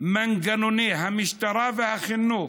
מנגנוני המשטרה והחינוך: